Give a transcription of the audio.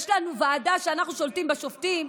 יש לנו ועדה ואנחנו שולטים בשופטים,